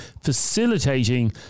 facilitating